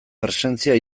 presentzia